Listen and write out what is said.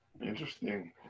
Interesting